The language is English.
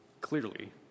clearly